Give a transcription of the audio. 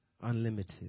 Unlimited